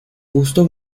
busto